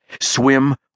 Swim